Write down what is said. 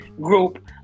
Group